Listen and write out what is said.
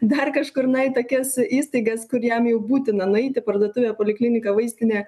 dar kažkur na į tokias įstaigas kur jam jau būtina nueiti parduotuvė poliklinika vaistinė